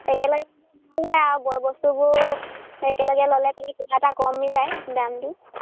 একেলগে কিনিলে ভাল হয় আৰু বয় বস্তুবোৰ একেলগে ল'লে কেলে কিবা এটা কমি যায় দামটো